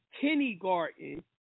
kindergarten